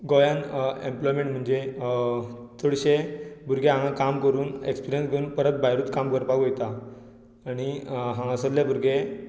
गोंयांत एम्प्लॉयमॅण म्हणजे चडशे भुरगे हांगा काम करून एक्सपिरन्स घेवन परत भायरू काम करपाक वयता आनी हांगासल्ले भुरगे